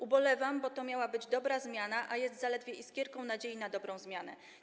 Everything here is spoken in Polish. Ubolewam, bo to miała być dobra zmiana, a jest ona zaledwie iskierką nadziei na dobrą zmianę.